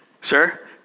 Sir